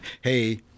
hey